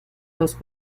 los